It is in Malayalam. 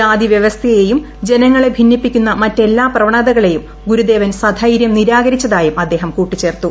ജാതി വൃവസ്ഥയേയും ജനങ്ങളെ ഭിന്നിപ്പിക്കുന്ന മറ്റെല്ലാ പ്രവണതകളെയും ഗുരുദേവൻ സൈര്യം നിരാകരിച്ചതായും അദ്ദേഹം കൂട്ടിചേർത്തു